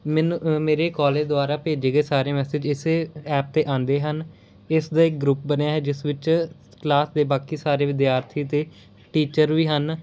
ਮੈਨੂੰ ਮੇਰੇ ਕਾਲਜ ਦੁਆਰਾ ਭੇਜੇ ਗਏ ਸਾਰੇ ਮੈਸੇਜ ਇਸੇ ਐਪ 'ਤੇ ਆਉਂਦੇ ਹਨ ਇਸ ਦਾ ਇੱਕ ਗਰੁੱਪ ਬਣਿਆ ਹੈ ਜਿਸ ਵਿੱਚ ਕਲਾਸ ਦੇ ਬਾਕੀ ਸਾਰੇ ਵਿਦਿਆਰਥੀ ਅਤੇ ਟੀਚਰ ਵੀ ਹਨ